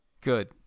Good